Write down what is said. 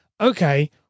okay